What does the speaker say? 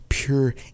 Pure